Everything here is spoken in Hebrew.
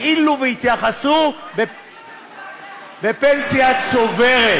כאילו יתייחסו לפנסיה צוברת.